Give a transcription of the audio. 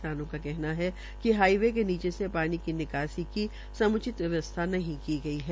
किसानों का कहना है कि हाईवे के नीचे से पानी का निकासी की सम्रचित व्यवस्था नहीं की गई है